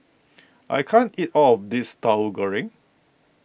I can't eat all of this Tauhu Goreng